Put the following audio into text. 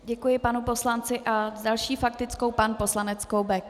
Děkuji panu poslanci a s další faktickou pan poslanec Koubek.